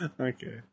Okay